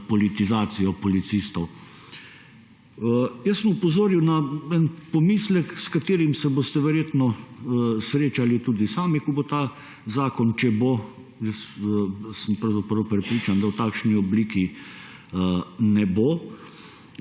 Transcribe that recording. politizacijo policistov. Jaz sem opozoril na en pomislek, s katerim se boste verjetno srečali tudi sami, ko bo ta zakon, če bo, sem pravzaprav prepričan, da v takšni obliki ne bo,